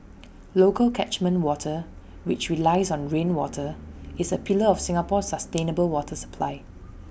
local catchment water which relies on rainwater is A pillar of Singapore's sustainable water supply